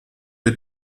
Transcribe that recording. der